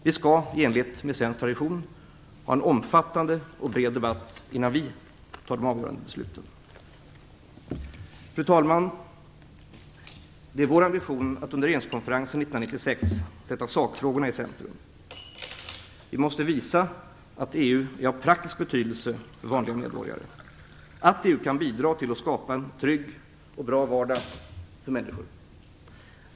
Vi skall - i enlighet med svensk tradition - ha en omfattande och bred debatt innan vi tar de avgörande besluten. Fru talman! Det är vår ambition att under regeringskonferensen 1996 sätta sakfrågorna i centrum. Vi måste visa att EU är av praktisk betydelse för vanliga medborgare, att EU kan bidra till att skapa en trygg och bra vardag för människorna.